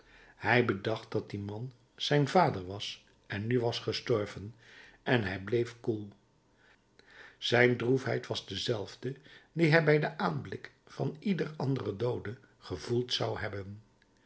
hij bedacht dat die man zijn vader was en nu was gestorven en hij bleef koel zijn droefheid was dezelfde die hij bij den aanblik van ieder anderen doode gevoeld zou hebben